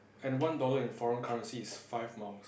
and one dollar in foreign currency is five miles